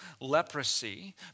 leprosy